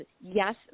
yes